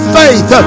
faith